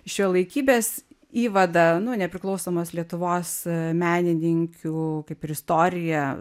šiuolaikybės įvadą nu nepriklausomos lietuvos menininkių kaip ir istoriją